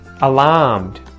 Alarmed